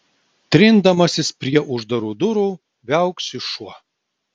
trindamasis prie uždarų durų viauksi šuo